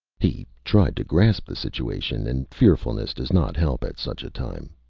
he tried to grasp the situation and fearfulness does not help at such a time.